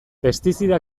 pestizida